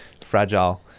fragile